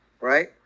right